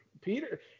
Peter